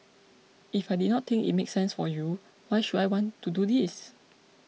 if I did not think it make sense for you why should I want to do this